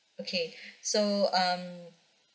okay so um